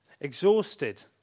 Exhausted